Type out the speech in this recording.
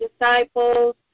disciples